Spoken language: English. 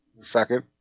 Second